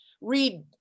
read